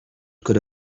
could